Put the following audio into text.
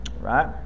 right